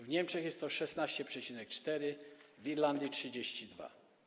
W Niemczech jest to 16,4, w Irlandii - 32.